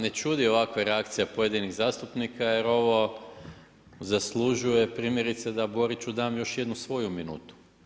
Ne čudi ovakva reakcija pojedinih zastupnika, jer ovo zaslužuju primjerice da Boriću dam još jednu minutu.